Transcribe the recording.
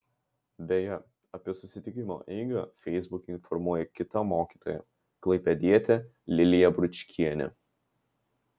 beje apie susitikimo eigą feisbuke informuoja kita mokytoja klaipėdietė lilija bručkienė